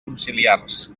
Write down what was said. conciliars